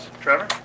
Trevor